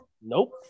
Nope